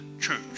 Church